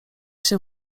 się